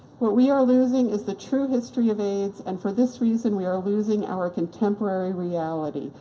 what we are losing is the true history of aids, and for this reason we are losing our contemporary reality,